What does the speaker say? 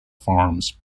farms